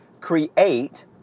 Create